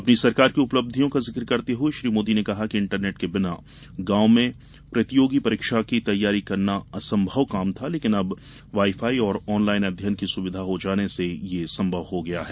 अपनी सरकार की उपलब्धियों का जिक्र करते हुए श्री मोदी ने कहा कि इंटरनेट के बिना गांव में प्रतियोगी परीक्षा की तैयारी करना असंभव काम था लेकिन अब वाई फाई और ऑन लाइन अध्ययन की सुविधा हो जाने से यह संभव हो गया है